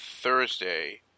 Thursday